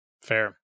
Fair